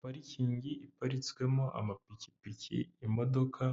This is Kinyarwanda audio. Parikingi iparitswemo amapikipiki imodoka,